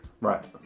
Right